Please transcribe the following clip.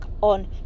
on